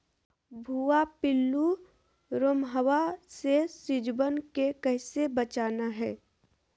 भुवा पिल्लु, रोमहवा से सिजुवन के कैसे बचाना है?